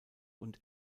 und